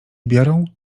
biorą